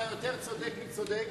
אתה יותר צודק מצודק,